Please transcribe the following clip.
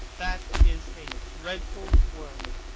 that is a dreadful word.